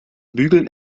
bügeln